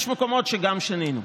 יש מקומות שגם שינינו.